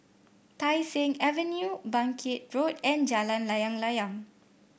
Tai Seng Avenue Bangkit Road and Jalan Layang Layang